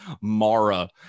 Mara